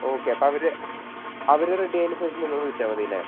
okay അപ്പോൾ അവർ അവർ റെഡി ആയതിന് ശേഷം നിങ്ങളെ വിളിച്ചാൽ മതിയല്ലേ